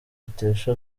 atesha